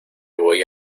voy